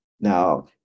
Now